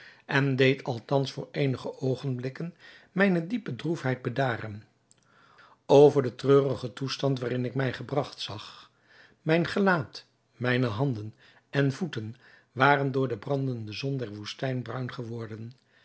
en deed althans voor eenige oogenblikken mijne diepe droefheid bedaren over den treurigen toestand waarin ik mij gebragt zag mijn gelaat mijne handen en voeten waren door de brandende zon der woestijn bruin geworden